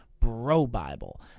BROBIBLE